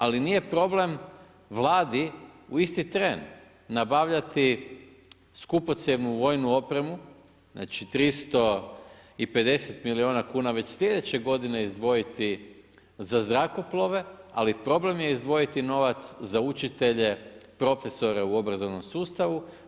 Ali nije problem Vladi u isti tren nabavljati skupocjenu vojnu opremu, znači 350 milijuna kuna, već sljedeće godine izdvojiti za zrakoplove, ali problem je izdvojiti novac za učitelje, profesore u obrazovnom sustavu.